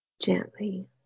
gently